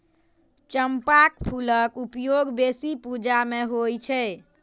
चंपाक फूलक उपयोग बेसी पूजा मे होइ छै